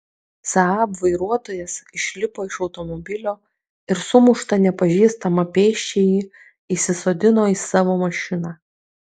saab vairuotojas išlipo iš automobilio ir sumuštą nepažįstamą pėsčiąjį įsisodino į savo mašiną